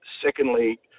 secondly